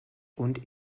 und